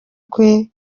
kwe